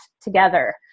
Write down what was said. together